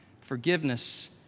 Forgiveness